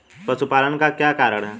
पशुपालन का क्या कारण है?